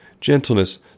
gentleness